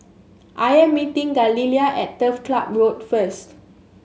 I am meeting Galilea at Turf Ciub Road first